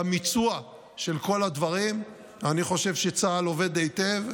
במיצוע של כל הדברים אני חושב שצה"ל עובד היטב,